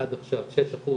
עד עכשיו 6%